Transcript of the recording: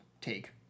take